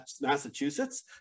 Massachusetts